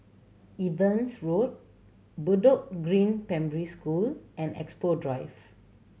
Evans Road Bedok Green Primary School and Expo Drive